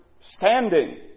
standing